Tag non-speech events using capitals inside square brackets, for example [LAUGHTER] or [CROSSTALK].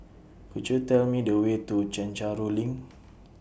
Could YOU Tell Me The Way to Chencharu LINK [NOISE]